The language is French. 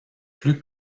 plus